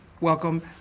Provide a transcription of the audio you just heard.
welcome